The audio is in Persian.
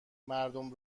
مردم